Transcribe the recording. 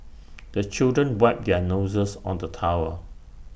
the children wipe their noses on the towel